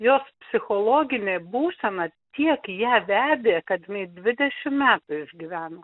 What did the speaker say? jos psichologinė būsena tiek ją vedė kad jinai dvidešim metų išgyveno